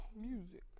music